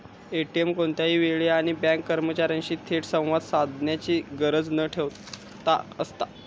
ATM कोणत्याही वेळी आणि बँक कर्मचार्यांशी थेट संवाद साधण्याची गरज न ठेवता असता